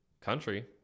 country